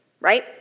right